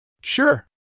Sure